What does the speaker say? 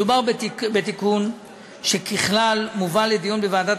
מדובר בתיקון שככלל מובא לדיון בוועדת